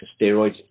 steroids